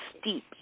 steep